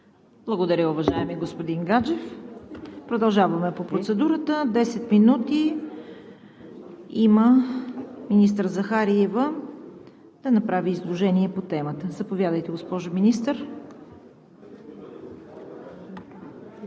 Благодаря, уважаеми господин Гаджев. Продължаваме по процедурата – 10 минути има министър Захариева да направи изложение по темата. Заповядайте, госпожо Министър.